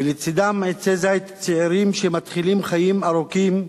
ולצדם עצי זית צעירים שמתחילים חיים ארוכים,